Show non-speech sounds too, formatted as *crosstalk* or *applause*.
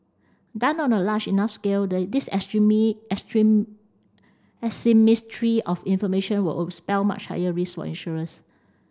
done on a large enough scale the this *unintelligible* asymmetry of information would would spell much higher risk for insurers